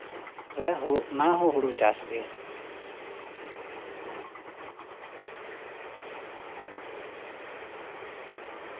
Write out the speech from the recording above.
ᱨᱮ ᱚᱱᱟ ᱦᱚᱸ ᱦᱩᱲᱩ ᱪᱟᱥ ᱜᱮ